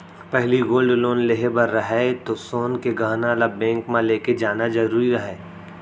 पहिली gold loan लेहे बर रहय तौ सोन के गहना ल बेंक म लेके जाना जरूरी रहय